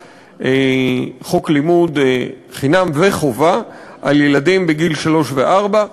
חוק לימוד חינם וחובה על ילדים בגיל שלוש וארבע.